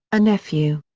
a nephew.